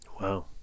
Wow